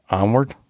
onward